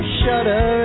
shudder